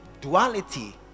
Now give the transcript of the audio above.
duality